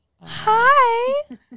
hi